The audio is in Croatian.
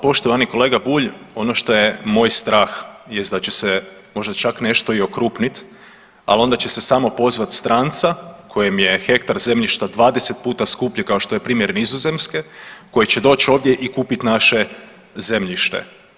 Poštovani kolega Bulj, ono što je moj strah jest da će se možda čak nešto i okrupnit, ali onda će se samo pozvat stranca kojem je hektar zemljišta 20% skuplje kao što je primjer Nizozemske koji će doći ovdje i kupiti naše zemljište.